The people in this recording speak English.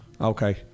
Okay